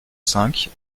cinq